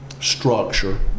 structure